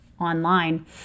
online